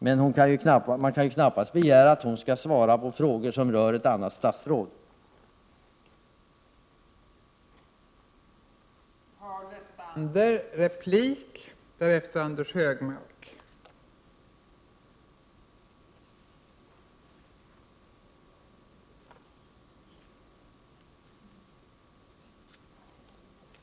Men det kan knappast begäras att hon skall svara på frågor som rör ett annat statsråds arbetsområde.